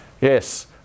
Yes